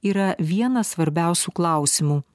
yra vienas svarbiausių klausimų